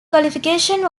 qualification